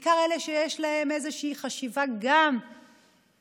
בעיקר אלה שיש להם איזושהי חשיבה גם שהאלימות